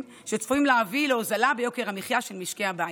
שצפויים להביא להוזלה ביוקר המחיה של משקי הבית.